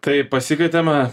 tai pasikvietėme